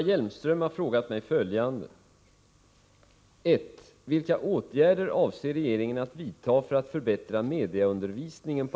Herr talman!